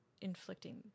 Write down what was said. inflicting